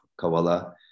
Kavala